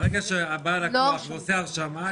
ברגע שבא לקוח ועושה הרשמה,